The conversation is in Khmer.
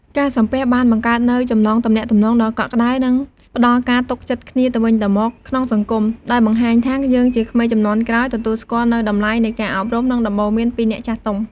ការសំពះបានបង្កើតនូវចំណងទំនាក់ទំនងដ៏កក់ក្ដៅ និងផ្ដល់ការទុកចិត្តគ្នាទៅវិញទៅមកក្នុងសង្គម ដោយបង្ហាញថា យើងជាក្មេងជំនាន់ក្រោយ ទទួលស្គាល់នូវតម្លៃនៃការអប់រំ និងដំបូន្មានពីអ្នកចាស់ទុំ។